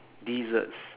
desserts